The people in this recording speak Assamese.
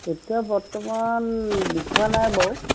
এতিয়া বৰ্তমান বিষোৱা নাই বাৰু